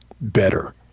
better